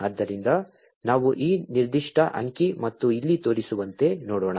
ಆದ್ದರಿಂದ ನಾವು ಈ ನಿರ್ದಿಷ್ಟ ಅಂಕಿ ಮತ್ತು ಇಲ್ಲಿ ತೋರಿಸಿರುವಂತೆ ನೋಡೋಣ